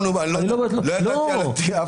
לא ידעתי על התיק הזה.